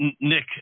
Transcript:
Nick